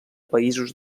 països